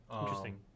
Interesting